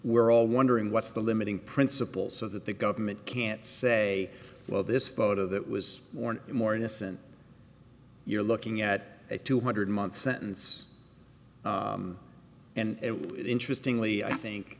we're all wondering what's the limiting principle so that the government can't say well this photo that was more and more innocent you're looking at a two hundred month sentence and interestingly i think